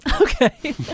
okay